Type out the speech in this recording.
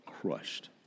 crushed